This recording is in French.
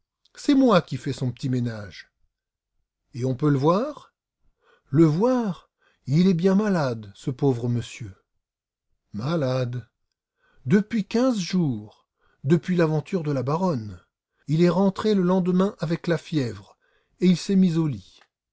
c'est moi qui fais son petit ménage et on peut le voir le voir il est bien malade ce pauvre monsieur malade depuis quinze jours depuis l'aventure de la baronne il est rentré le lendemain avec la fièvre et il s'est mis au lit